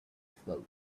float